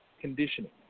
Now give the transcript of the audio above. conditioning